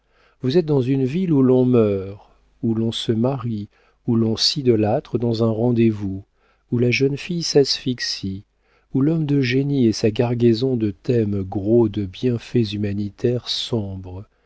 vous êtes dans une ville où l'on meurt où l'on se marie où l'on s'idolâtre dans un rendez-vous où la jeune fille s'asphyxie où l'homme de génie et sa cargaison de thèmes gros de bienfaits humanitaires sombrent